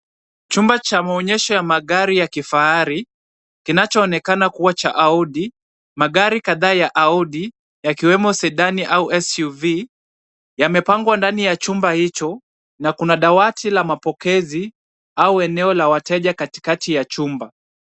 Chumba cha maonyesho ya magari ya kifahari, kinachoonekena cha Audi, magari kadhaa ya kama Audi, yakiwemo Sedan au SUV, yamepangwa ndani ya chumba hicho na kuna dawati ya mapokezi au eneo la wateja katikati ya chumba.